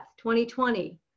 2020